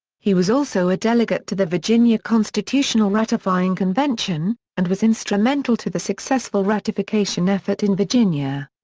he was also a delegate to the virginia constitutional ratifying convention, and was instrumental to the successful ratification effort in virginia.